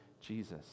Jesus